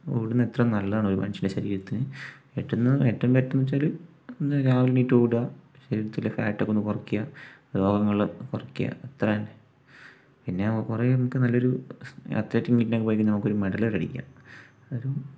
ഓടുന്നത് എത്ര നല്ലതാണ് ഒരു മനുഷ്യൻ്റെ ശരീരത്തിന് ഏറ്റവുമൊന്നു ഏറ്റവും ബെറ്റെറെന്നു വെച്ചാൽ എന്താ രാവിലെ എണീറ്റോടുക ശരീരത്തിലെ ഫാറ്റൊക്കെ ഒന്ന് കുറയ്ക്കുക രോഗങ്ങൾ കുറയ്ക്കുക അത്ര തന്നെ പിന്നേ കുറേ നമുക്ക് നല്ലൊരു അത്ലറ്റിക്ക് മീറ്റിനൊക്കെ പോയിക്കഴിഞ്ഞാൽ നമുക്കൊരു മെഡലൊക്കെയടിക്കാം ഒരു